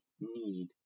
need